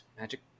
magic